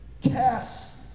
Cast